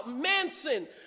Manson